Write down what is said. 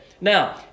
Now